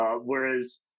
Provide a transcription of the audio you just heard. Whereas